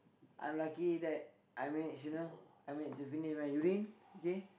I'm lucky that I managed you know I managed to finish my urine okay